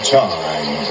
time